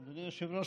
אדוני היושב-ראש,